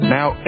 Now